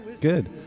good